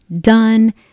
done